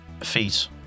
feet